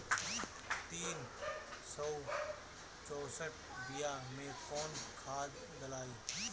तीन सउ चउसठ बिया मे कौन खाद दलाई?